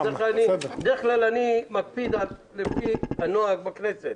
בדרך כלל אני מקפיד ללכת על פי הנוהג בכנסת,